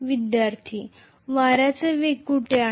विद्यार्थी वाऱ्याचा वेग कुठे आहे